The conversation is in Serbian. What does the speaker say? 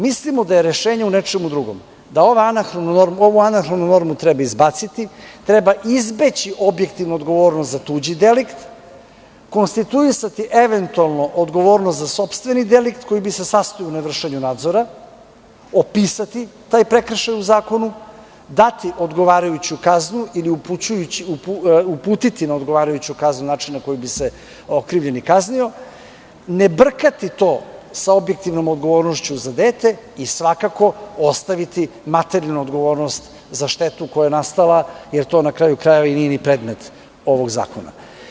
Mislimo da je rešenje u nečem drugom – da ovu anahronu normu treba izbaciti, treba izbeći objektivnu odgovornost za tuđi delikt, konstituisati eventualno odgovornost za sopstveni delikt, koji bi se sastojao u nevršenju nadzora, opisati taj prekršaj u zakonu, dati odgovarajuću kaznu ili uputiti na odgovarajuću kaznu, način na koji bi se okrivljeni kaznio, ne brkati to sa objektivnom odgovornošću za dete i svakako ostaviti materijalnu odgovornost za štetu koja je nastala jer to, na kraju krajeva, nije ni predmet ovog zakona.